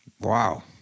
Wow